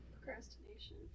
Procrastination